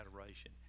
adoration